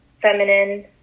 feminine